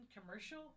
commercial